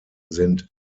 sind